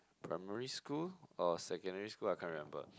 primary school or secondary school I can't remember